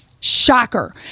shocker